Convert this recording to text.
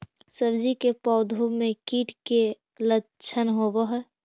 सब्जी के पौधो मे कीट के लच्छन होबहय?